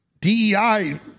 DEI